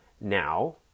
now